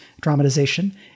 dramatization